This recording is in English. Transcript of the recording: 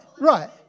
right